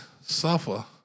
suffer